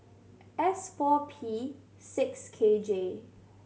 S four P six K J